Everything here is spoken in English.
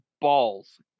balls